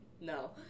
no